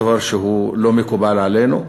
דבר שאינו מקובל עלינו.